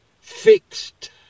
fixed